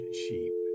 sheep